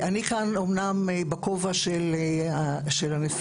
אני כאן אמנם בכובע של הנשיאה,